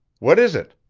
what is it?